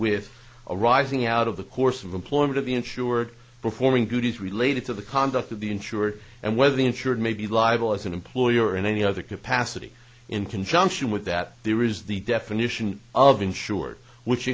with arising out of the course of employment of the insured performing duties related to the conduct of the insurer and whether the insured may be live all as an employee or in any other capacity in conjunction with that there is the definition of insured which